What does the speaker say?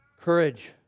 Courage